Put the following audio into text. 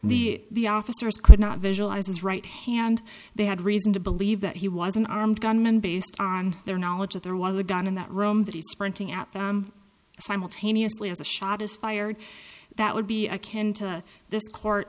the the officers could not visualize his right hand they had reason to believe that he was an armed gunman based on their knowledge that there was a gun in that room that he sprinting at them simultaneously as the shot is fired that would be akin to this court